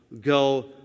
Go